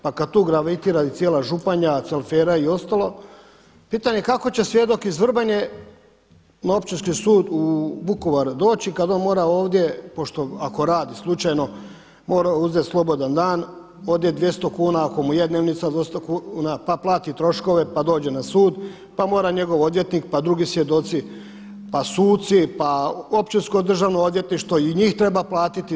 Pa kad tu gravitira i cijela Županja, … i ostalo pitanje kako će svjedok iz Vrbanje na Općinski sud u Vukovar doći kad on mora ovdje, pošto mora ako radi slučajno mora uzeti slobodan dan, odnijet 200 kuna ako mu je dnevnica 200 kuna, pa plati troškove, pa dođe na sud, pa mora njegov odvjetnik, pa drugi svjedoci, pa suci, pa Općinsko državno odvjetništvo i njih treba platiti.